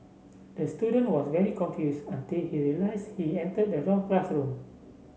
the student was very confused until he realised he entered the wrong classroom